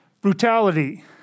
brutality